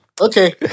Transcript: Okay